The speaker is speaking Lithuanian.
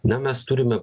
na mes turim